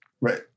Right